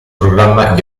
programma